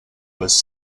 was